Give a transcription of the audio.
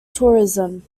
tourism